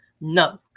No